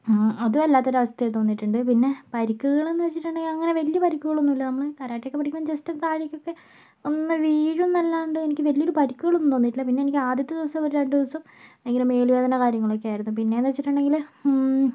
അത് വല്ലാത്തൊരു അവസ്ഥയായി തോന്നിയിട്ടുണ്ട് പിന്നെ പരിക്കുകളെന്ന് വെച്ചിട്ടുണ്ടെൽ അങ്ങനെ വലിയ പരിക്കുകളൊന്നുമില്ല നമ്മള് കാരാട്ടെയൊക്കെ പഠിക്കുമ്പോൾ ജസ്റ്റ് താഴെക്കൊക്കെ ഒന്ന് വീഴുമെന്നെല്ലാണ്ട് എനിക്ക് വലിയ ഒരു പരിക്കുകളൊന്നും വന്നിട്ടില്ല പിന്നെ എനിക്ക് ആദ്യത്തെ ദിവസം ഒരു രണ്ട് ദിവസം ഭയങ്കര മേലുവേദന കാര്യങ്ങളൊക്കെ ആയിരുന്നു പിന്നെന്നു വെച്ചിട്ടുണ്ടെൽ